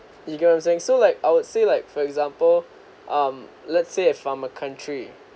you get I'm saying so like I would say like for example um let's say if I'm a country